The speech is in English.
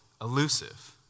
elusive